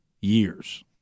years